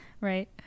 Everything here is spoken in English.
Right